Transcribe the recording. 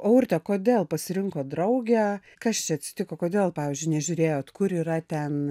o urte kodėl pasirinkot draugę kas čia atsitiko kodėl pavyzdžiui nežiūrėjot kur yra ten